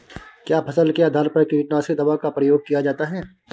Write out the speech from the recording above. क्या फसल के आधार पर कीटनाशक दवा का प्रयोग किया जाता है?